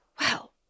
wow